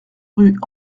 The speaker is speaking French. rue